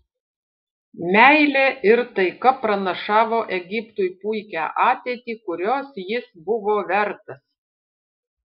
meilė ir taika pranašavo egiptui puikią ateitį kurios jis buvo vertas